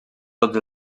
tots